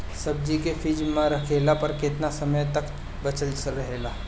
सब्जी के फिज में रखला पर केतना समय तक बचल रहेला?